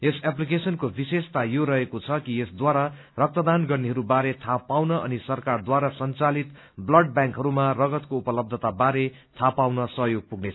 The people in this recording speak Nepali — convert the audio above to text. यस एलीकेशनको विश्वेषता यो रहेको छ कि यसद्वारा रक्तदान गर्नेहरू बारे थाहा पाउनु अनि सरकारद्वारा संचालित ब्लड व्यांकहरूमा रक्तको उपलबता बारे थाहा पाउनमा सहयोग पुग्नेछ